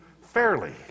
fairly